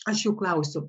aš jų klausiu